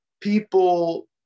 people